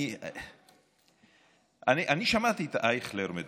אני שמעתי את אייכלר מדבר.